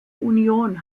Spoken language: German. union